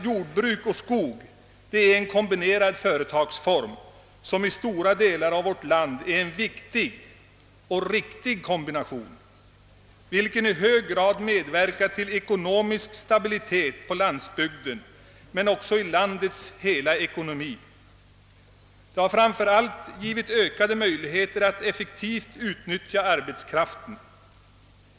Jordbruk-skog är en företagsform som i stora delar av vårt land är en viktig och riktig kombination. Den medverkar i hög grad till ekonomisk stabilitet både för landsbygden och landet som helhet. Framför allt har den givit ökade möjligheter att effektivt utnyttja arbetskraften.